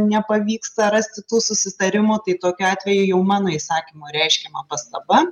nepavyksta rasti tų susitarimų tai tokiu atveju jau mano įsakymu reiškiama pastaba